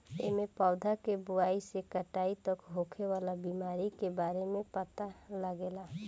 एमे पौधा के बोआई से कटाई तक होखे वाला बीमारी के बारे में पता लागेला